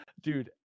dude